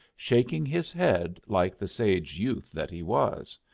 shaking his head like the sage youth that he was.